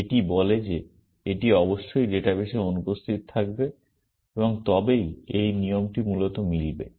এটি বলে যে এটি অবশ্যই ডাটাবেসে অনুপস্থিত থাকবে এবং তবেই এই নিয়মটি মূলত মিলবে